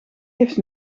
heeft